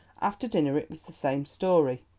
after dinner it was the same story.